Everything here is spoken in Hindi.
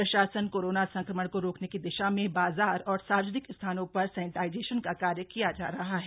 प्रशासन कोरोना संक्रमण को रोकने की दिशा में बाजार और सार्वजनिक स्थानों पर सेनेटाइजेशन का कार्य किया जा रहा है